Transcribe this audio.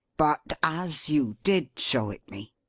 but as you did show it me,